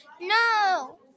no